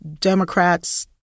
Democrats